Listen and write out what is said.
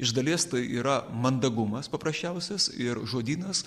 iš dalies tai yra mandagumas paprasčiausias ir žodynas